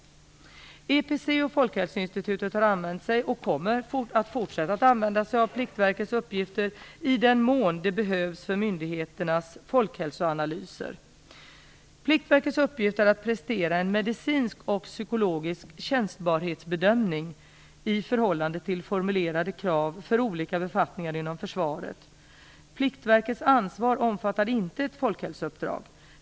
EpC och Folkhälsoinstitutet har använt sig och kommer att fortsätta att använda sig av Pliktverkets uppgifter i den mån det behövs för myndigheternas folkhälsoanalyser. Pliktverkets uppgift är att prestera en medicinsk och psykologisk tjänstbarhetsbedömning i förhållande till formulerade krav för olika befattningar inom försvaret. Pliktverkets ansvar omfattar inte ett folkhälsouppdrag.